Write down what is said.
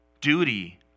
Duty